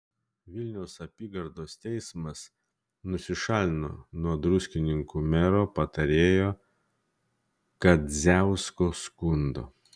vilniaus apygardos teismas nusišalino nuo druskininkų mero patarėjo kadziausko skundo